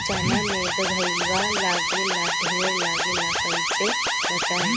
चना मै गधयीलवा लागे ला ढेर लागेला कईसे बचाई?